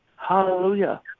Hallelujah